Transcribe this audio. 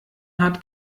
hat